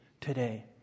today